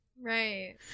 Right